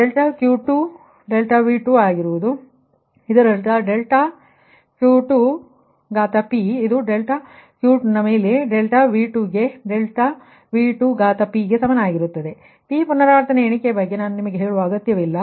ಆದ್ದರಿಂದ ∆Q2 ವು ∆Q2 ∆V2 ಆಗಿರುತ್ತದೆ ಇದರರ್ಥ∆Q2ಇದು ∆Q2ನ ಮೇಲಿನ∆V2ಗೆ ∆V2ಗೆ ಸಮನಾಗಿರುತ್ತದೆ p ಪುನರಾವರ್ತನೆ ಎಣಿಕೆ ಬಗ್ಗೆ ನಾನು ನಿಮಗೆ ಮತ್ತೆ ಹೇಳುವ ಅಗತ್ಯವಿಲ್ಲ